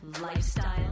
lifestyle